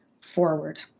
forward